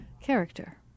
character